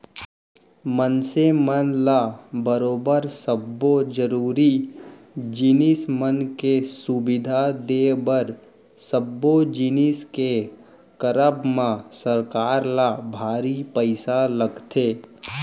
मनसे मन ल बरोबर सब्बो जरुरी जिनिस मन के सुबिधा देय बर सब्बो जिनिस के करब म सरकार ल भारी पइसा लगथे